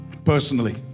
personally